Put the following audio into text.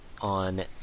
on